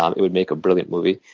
um it would make a brilliant movie.